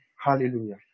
Hallelujah